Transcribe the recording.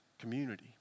community